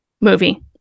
movie